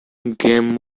game